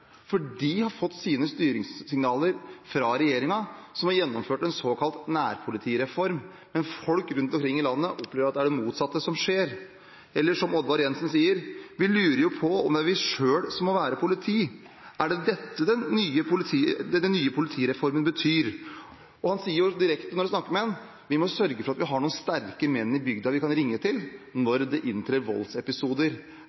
for de har fått sine styringssignaler fra regjeringen, som har gjennomført en såkalt nærpolitireform. Men folk rundt omkring i landet opplever at det er det motsatte som skjer – eller som Oddvar Jenssen sier: Vi lurer jo på om det er vi selv som må være politi. Er det dette den nye politireformen betyr? Og han sier direkte når man snakker med ham: Vi må sørge for at vi har noen sterke menn i bygda som vi kan ringe til